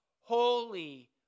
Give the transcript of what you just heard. holy